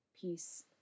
peace